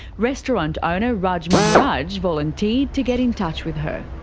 restaurant owner raj maharaj volunteered to get in touch with her.